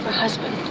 husband.